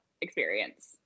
experience